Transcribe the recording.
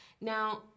Now